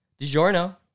DiGiorno